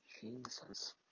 Jesus